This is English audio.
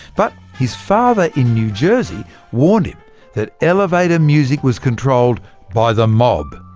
but his father in new jersey warned him that elevator music was controlled by the mob,